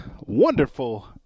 wonderful